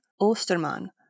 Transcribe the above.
Osterman